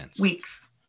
weeks